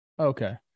okay